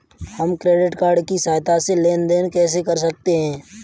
हम credit card की सहायता से लेन देन कैसे कर सकते हैं?